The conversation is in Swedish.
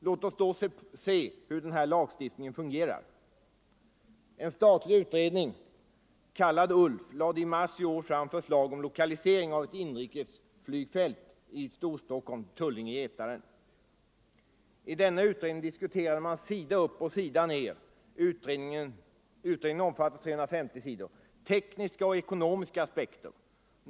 Låt oss då se hur gällande lagstiftning fungerar! En statlig utredning — kallad ULF — lade i mars i år fram förslag om lokalisering av ett inrikesflygfält i Storstockholm till Tullinge/Getaren. I denna utredning diskuterar man sida upp och sida ner — utredningen omfattar 350 sidor — tekniska och ekonomiska aspekter.